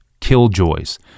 Killjoys